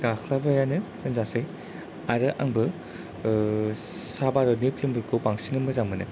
गाख्लायबायानो होनजासै आरो आंबो सा भारतनि फिल्म फोरखौ बांसिनै मोजां मोनो